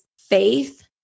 faith